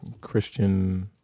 Christian